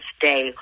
Day